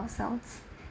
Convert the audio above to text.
ourselves